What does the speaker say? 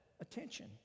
attention